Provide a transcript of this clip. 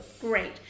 Great